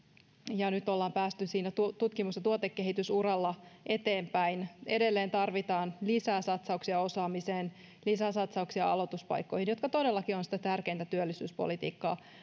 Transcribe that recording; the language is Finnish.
ja nyt on päästy siinä tutkimus ja tuotekehitysuralla eteenpäin edelleen tarvitaan lisää satsauksia osaamiseen lisää satsauksia aloituspaikkoihin jotka todellakin ovat sitä tärkeintä työllisyyspolitiikkaa